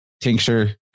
tincture